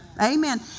Amen